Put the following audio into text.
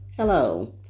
Hello